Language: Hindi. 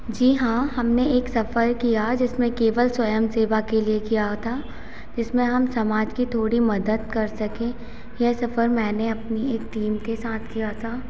जी हाँ हमने एक सफ़र किया जिसमें केवल स्वयंसेवा के लिए किया था जिसमें हम समाज की थोड़ी मदद कर सकें यह सफ़र मैंने अपनी एक टीम के साथ किया था